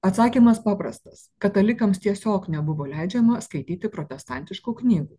atsakymas paprastas katalikams tiesiog nebuvo leidžiama skaityti protestantiškų knygų